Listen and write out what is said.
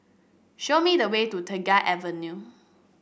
show me the way to Tengah Avenue